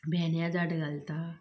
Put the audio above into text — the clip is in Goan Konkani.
भेंड्या झाड घालता